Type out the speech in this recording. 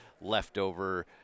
leftover